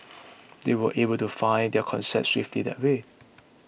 they were able to find their concept swiftly that way